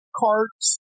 carts